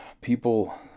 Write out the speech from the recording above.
people